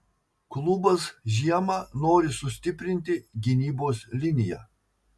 klubas žiemą nori sustiprinti gynybos liniją